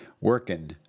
working